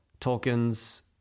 Tolkien's